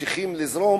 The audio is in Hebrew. ממשיכים לזרום,